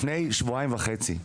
לפני שבועיים וחצי,